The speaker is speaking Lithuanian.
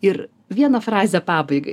ir vieną frazę pabaigai